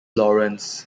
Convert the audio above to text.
lawrence